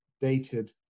dated